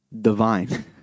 divine